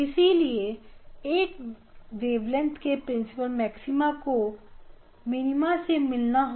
इसलिए एक वेवलेंथ के प्रिंसिपल मैक्सिमा को मिनीमा से मिलना होगा तभी हम इन्हें रिजल्ट कह सकते हैं